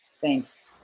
Thanks